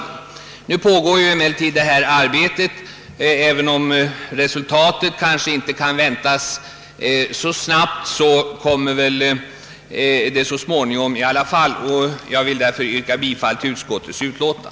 Såsom redovisas i utskottsutlåtandet pågår emellertid en allmän översyn av konkurslagstiftningen inom lagberedningen, och även om resultatet inte kan väntas så snabbt kommer det i alla fall så småningom. Jag yrkar därför bifall till utskottets hemställan.